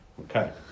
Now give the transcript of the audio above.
Okay